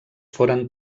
foren